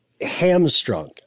hamstrung